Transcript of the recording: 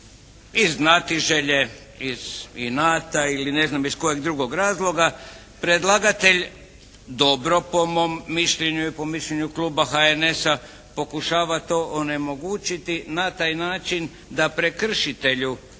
iz znatiželje, iz inata ili ne znam iz kojeg drugog razloga. Predlagatelj dobro po mom mišljenju i po mišljenju kluba HNS-a pokušava to onemogućiti na taj način da prekršitelju